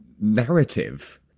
narrative